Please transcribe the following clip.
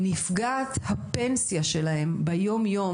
נפגעת הפנסיה שלהם ביום יום,